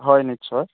হয় নিশ্চয়